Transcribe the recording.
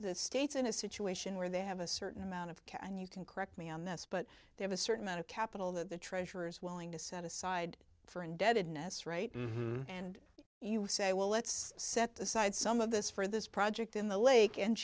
the states in a situation where they have a certain amount of cash and you can correct me on this but they have a certain amount of capital that the treasurer's willing to set aside for indebtedness right and you say well let's set aside some of this for this project in the lake and